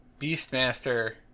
Beastmaster